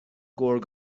گرگ